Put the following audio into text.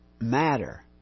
matter